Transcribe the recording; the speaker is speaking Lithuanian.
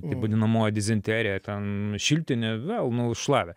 taip vadinamoji dizenterija ten šiltinė vėl nu šlavė